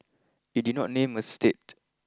it did not name a state